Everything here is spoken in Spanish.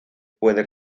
pueden